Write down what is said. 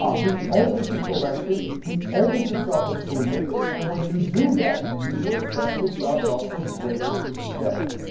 ah be open to correction, be open to self-improvement and when you do that, you will set yourself up for greater success.